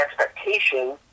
expectation